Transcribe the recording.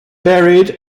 buried